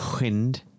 wind